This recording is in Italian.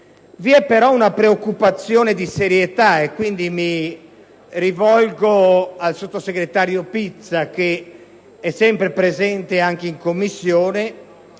Vi è però una preoccupazione di serietà (mi rivolgo in proposito al sottosegretario Pizza, che è sempre presente anche in Commissione),